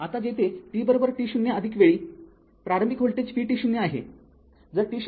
आता जेथे tt0 वेळी प्रारंभिक व्होल्टेज vt0 आहे